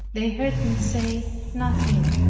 they heard me say nothing